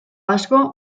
asko